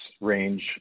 range